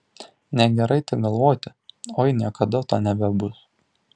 negerai tik galvoti oi niekada to nebebus